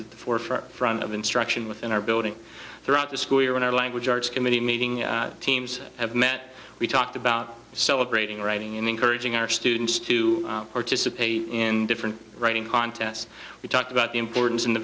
at the forefront front of instruction within our building throughout the school year when our language arts committee meeting teams have met we talked about celebrating writing in encouraging our students to participate in different writing contests we talk about the importance and the